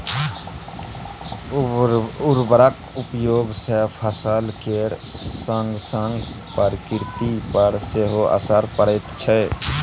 उर्वरकक उपयोग सँ फसल केर संगसंग प्रकृति पर सेहो असर पड़ैत छै